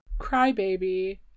crybaby